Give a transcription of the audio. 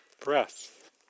Breath